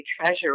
treasure